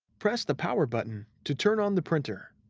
press the power button to turn on the printer.